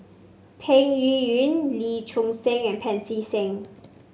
Peng Yuyun Lee Choon Seng and Pancy Seng